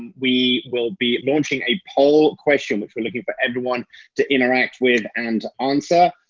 we will be launching a poll question which we're looking for everyone to interact with and answer.